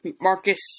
Marcus